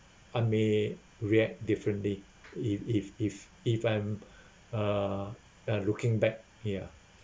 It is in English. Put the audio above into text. I may react differently if if if if I'm uh uh looking back here